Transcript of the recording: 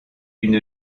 une